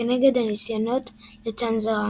וכנגד הניסיונות לצנזרם.